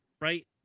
right